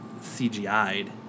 CGI'd